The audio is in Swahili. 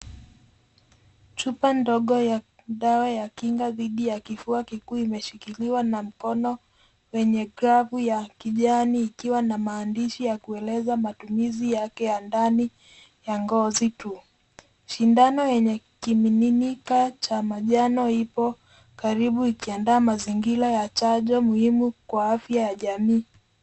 Chupa ndogo ya dawa ya kinga didhi ya kifua kikuu imeshikiliwa na mkono wenye glavu ya kijani ikiwa na maandishi ya kueleza matumizi yake ya ndani ya ngozi juu. Sindano yenye kimiminika cha manjano ipo karibu ikiandaa mazingira ya chanjo muhimu kwa afya ya jamii.